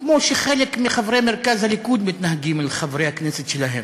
כמו שחלק מחברי מרכז הליכוד מתנהגים אל חברי הכנסת שלהם,